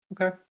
Okay